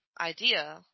idea